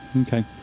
Okay